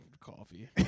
coffee